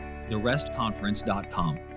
therestconference.com